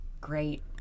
great